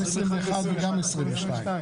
הסכום הזה הוא המצאה שחיים המציא.